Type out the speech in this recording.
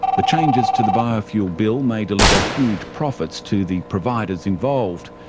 the changes to the biofuel bill may deliver huge profits to the providers involved,